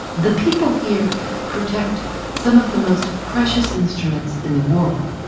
the people here protect some of the most precious instruments in the world,